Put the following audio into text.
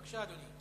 בבקשה, אדוני.